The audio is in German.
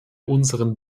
unseren